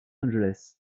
angeles